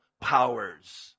powers